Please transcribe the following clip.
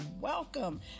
welcome